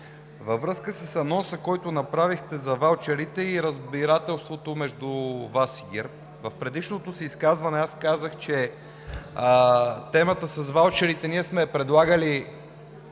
във връзка с анонса, който направихте за ваучерите и разбирателството между Вас и ГЕРБ, в предишното си изказване аз казах, че темата с ваучерите ние сме я предлагали